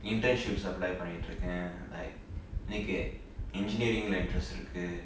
internships apply பன்னிட்டுருக்கே:pannituruke like எனக்கு:ennaku engineering interest இருக்கு:irukku